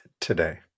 Today